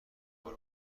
قمار